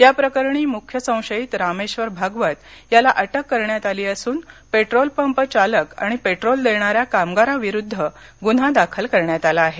या प्रकरणी मुख्य संशयीत रामेश्वर भागवत याला अटक करण्यात आली असून पेट्रोलपंप चालक आणि पेट्रोल देणाऱ्या कामगाराविरूध्द गुन्हा दाखल करण्यात आला आहे